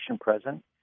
present